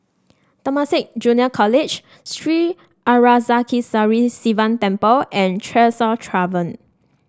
Temasek Junior College Sri Arasakesari Sivan Temple and Tresor Tavern